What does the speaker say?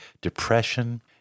depression